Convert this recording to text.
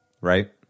right